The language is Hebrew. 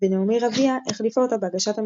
ונעמי רביע החליפה אותה בהגשת המצעד,